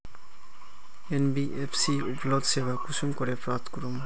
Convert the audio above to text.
NBFC उपलब्ध सेवा कुंसम करे प्राप्त करूम?